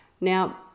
now